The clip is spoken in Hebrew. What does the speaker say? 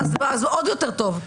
עוד יותר טוב.